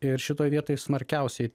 ir šitoj vietoj smarkiausiai